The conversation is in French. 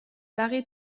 barrer